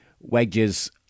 wedges